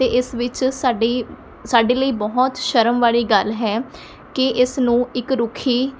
ਅਤੇ ਇਸ ਵਿੱਚ ਸਾਡੀ ਸਾਡੇ ਲਈ ਬਹੁਤ ਸ਼ਰਮ ਵਾਲੀ ਗੱਲ ਹੈ ਕਿ ਇਸ ਨੂੰ ਇੱਕ ਰੁਖੀ